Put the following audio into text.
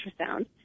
ultrasound